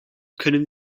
können